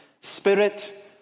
spirit